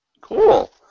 Cool